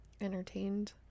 entertained